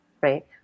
right